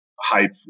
hype